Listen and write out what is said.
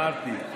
אמרתי,